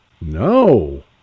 No